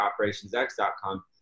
operationsx.com